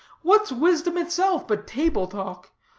what's wisdom itself but table-talk?